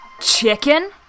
chicken